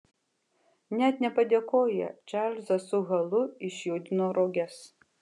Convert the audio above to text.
net nepadėkoję čarlzas su halu išjudino roges